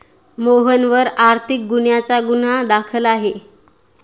मोहनवर आर्थिक गुन्ह्याचा गुन्हा दाखल आहे